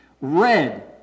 Red